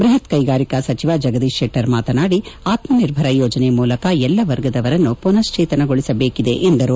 ಬೃಹತ್ ಕೈಗಾರಿಕಾ ಸಚಿವ ಜಗದೀಶ್ ಶೆಟ್ವರ್ ಮಾತನಾದಿ ಆತ್ಮನಿರ್ಭರ ಯೋಜನೆ ಮೂಲಕ ಎಲ್ಲಾ ವರ್ಗದವರನ್ನು ಪುನಶ್ಚೇತನಗೊಳಿಸಬೇಕಿದೆ ಎಂದರು